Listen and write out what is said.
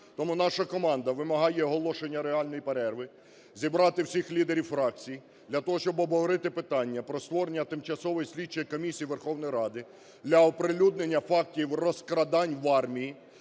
Тому наша команда вимагає оголошення реальної перерви, зібрати всіх лідерів фракцій для того, щоб обговорити питання про створення тимчасової слідчої комісії Верховної Ради для оприлюднення фактів розкрадань в армії.